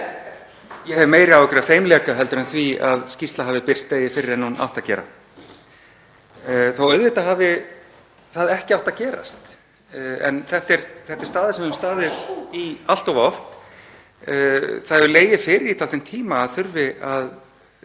Ég hef meiri áhyggjur af þeim leka en því að skýrslan hafi birst degi fyrr en hún átti að gera, þó að auðvitað hefði það ekki átt að gerast. En þetta er staða sem við höfum staðið í allt of oft. Það hefur legið fyrir í dálítinn tíma að það þurfi að